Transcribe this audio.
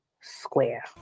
square